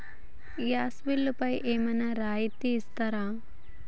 Gas బిల్లుపై ఏమైనా రాయితీ ఇస్తారా?